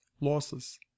Losses